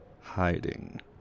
hiding